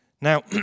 Now